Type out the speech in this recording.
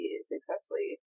successfully